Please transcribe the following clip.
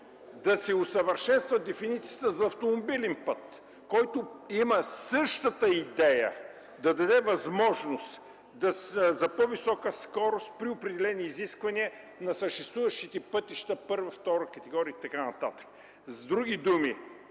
да се усъвършенства дефиницията за автомобилен път? Той има същата идея – да даде възможност за по-висока скорост при определени изисквания на съществуващите пътища първа и втора категория и така нататък. С други думи,